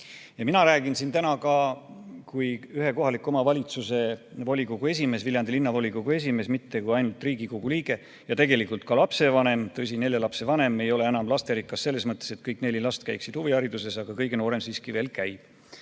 Mina räägin siin täna ka kui ühe kohaliku omavalitsuse volikogu esimees, Viljandi Linnavolikogu esimees, mitte ainult kui Riigikogu liige, ja tegelikult räägin ka lapsevanemana. Tõsi, nelja lapse vanemana ei ole ma enam lasterikas selles mõttes, et kõik mu neli last käiksid huviringides, aga kõige noorem siiski veel käib.